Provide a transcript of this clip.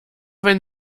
wenn